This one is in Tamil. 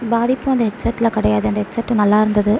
பாதிப்பும் அந்த ஹெட் செட்டில் கிடையாது அந்த ஹெட் செட்டு நல்லாயிருந்துது